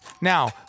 Now